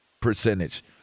percentage